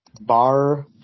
Bar